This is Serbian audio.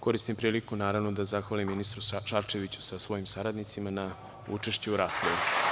Koristim priliku, naravno, da zahvalim ministru Šarčeviću sa svojim saradnicima na učešću u raspravi.